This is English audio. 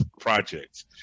projects